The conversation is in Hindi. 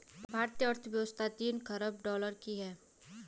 भारतीय अर्थव्यवस्था तीन ख़रब डॉलर की है